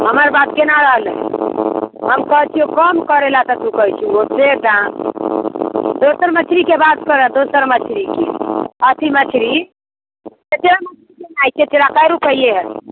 हमर बात केना रहले हम कहै छियौ कम करे ला तऽ तू कहे छी ओतबे दाम दोसर मछलीके बात करऽ दोसर मछलीके अथी मछली चेचरा मछली केना कै रुपये